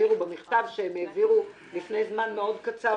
במכתב שהם העבירו לפני זמן מאוד קצר